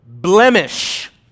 blemish